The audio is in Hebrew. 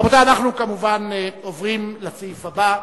רבותי, אנחנו, כמובן, עוברים לסעיף הבא.